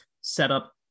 setup